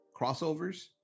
crossovers